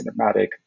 cinematic